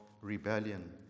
rebellion